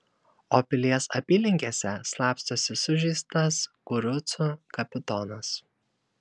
o pilies apylinkėse slapstosi sužeistas kurucų kapitonas